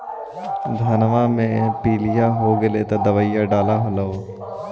धनमा मे पीलिया हो गेल तो दबैया डालो हल?